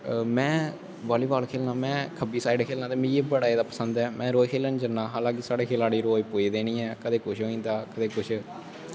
में volleyball खेलना मैं खब्बी साईड़ खेलना ते मिगी बड़ा जैदा मिगी बड़ा जैदा पसंद ऐ में रोज खेलन जन्ना हालां कि साढ़ी खिलाड़ी रोज पुजदे निं हैन कदैं कुछ होई जंदा कदैं कुछ